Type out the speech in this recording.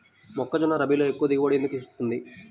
మొక్కజొన్న రబీలో ఎక్కువ దిగుబడి ఎందుకు వస్తుంది?